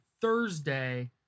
thursday